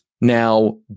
now